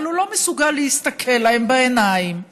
אבל הוא לא מסוגל להסתכל להם בעיניים ולהגיד: